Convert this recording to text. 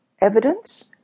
evidence